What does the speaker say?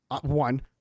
one